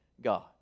God